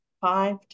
five